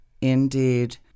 indeed